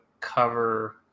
cover